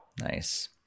Nice